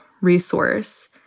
resource